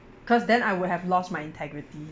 cause then I would have lost my integrity